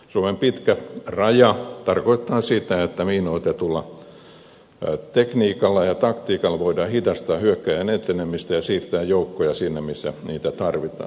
suomen pitkä raja tarkoittaa sitä että miinoitetulla tekniikalla ja taktiikalla voidaan hidastaa hyökkääjän etenemistä ja siirtää joukkoja sinne missä niitä tarvitaan